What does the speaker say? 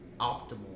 optimal